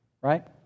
right